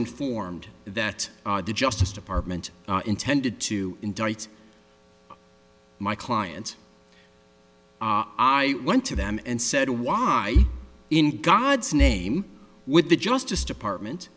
informed that the justice department intended to indict my clients i went to them and said why in god's name with the justice department